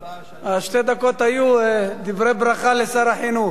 שתי הדקות היו דברי ברכה לשר החינוך.